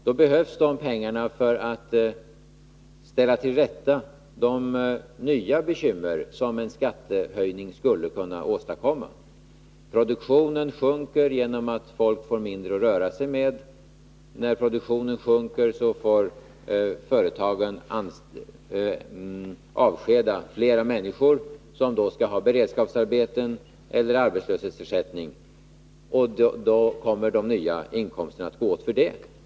Då skulle de pengarna behövas för att klara av de nya bekymmer som skattehöjningen skulle åstadkomma. Då sjunker produktionen genom att folk får mindre att röra sig med och företagen får avskeda fler människor, som då skall ha beredskapsarbeten eller arbetslöshetsersättning. Och då kommer de nya inkomsterna att gå åt till detta.